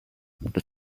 the